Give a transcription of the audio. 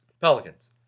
Pelicans